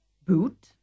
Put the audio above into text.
Boot